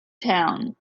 town